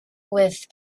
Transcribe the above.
with